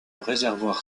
réservoir